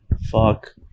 fuck